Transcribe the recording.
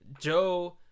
Joe